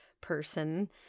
person